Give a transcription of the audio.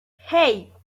hey